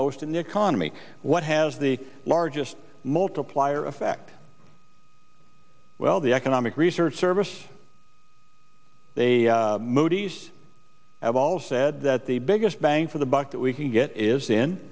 most in the economy what has the largest multiplier effect well the economic research service they modi's have all said that the biggest bang for the buck that we can get is in